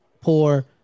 poor